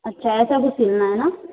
अच्छा ऐसा कुछ सिलना है ना